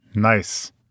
Nice